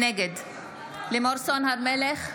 נגד לימור סון הר מלך,